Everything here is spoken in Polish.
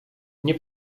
nie